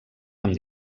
amb